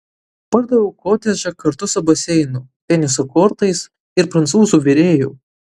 pardaviau kotedžą kartu su baseinu teniso kortais ir prancūzų virėju